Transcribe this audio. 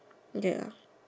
ya